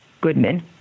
Goodman